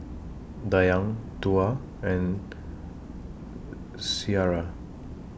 Dayang Tuah and Syirah